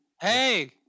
Hey